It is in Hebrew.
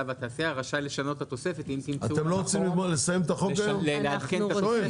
והתעשייה שרשאי לשנות את התוספת אם תמצאו לנכון לעדכן את התוספת.